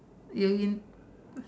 you mean